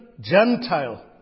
Gentile